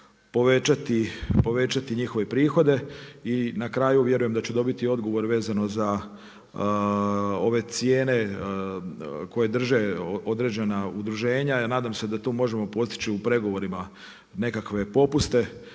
povećati njihove prihode. I na kraju vjerujem da ću dobiti odgovor vezano za ove cijene koje drže određena udruženja jer nadam se da tu možemo postići u pregovorima nekakve popuste,